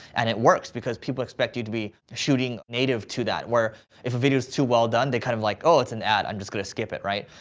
and it works because people expect you to be shooting native to that, where if a video's too well done they're kind of like, oh it's an ad. i'm just gonna skip it, right?